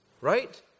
Right